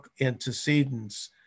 antecedents